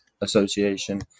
association